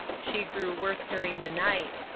she grew worse during the night.